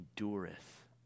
endureth